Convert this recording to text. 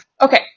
Okay